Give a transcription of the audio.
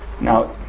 Now